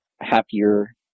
happier